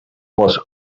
was